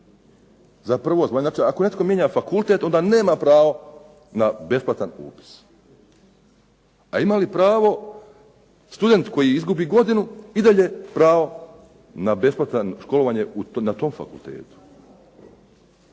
Za prvo zvanje, ako netko mijenja fakultet onda nema pravo na besplatan ulaz. A ima li pravo student koji izgubi godinu i dalje pravo na besplatno školovanje na tom fakultetu.